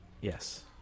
yes